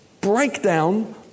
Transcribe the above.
breakdown